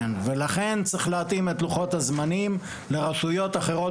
צריך להתאים את לוחות הזמנים לרשויות אחרות